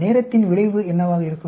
நேரத்தின் விளைவு என்னவாக இருக்கும்